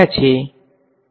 વિદ્યાર્થી E અને H